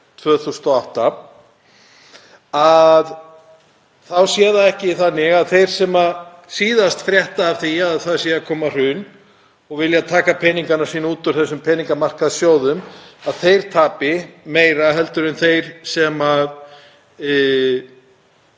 sé það ekki þannig að þeir sem síðast frétta af því að það sé að koma hrun og vilja taka peningana sína út úr þessum peningamarkaðssjóðum tapi meiru en þeir sem